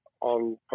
on